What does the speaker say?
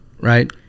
Right